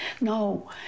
No